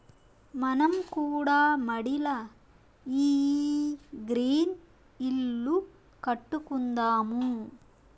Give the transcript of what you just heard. మనం కూడా మడిల ఈ గ్రీన్ ఇల్లు కట్టుకుందాము